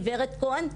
גברת כהן?